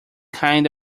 kind